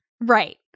Right